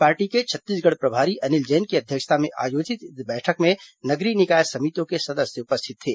party के छत्तीसगढ़ प्रभारी अनिल जैन की अध्यक्षता में आयोजित इस बैठक में नगरीय निकाय समितियों के सदस्य उपस्थित थे